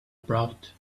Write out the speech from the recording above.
brought